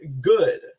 good